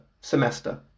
semester